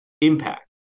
impact